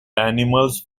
animals